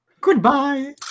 Goodbye